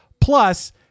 Plus